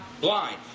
blind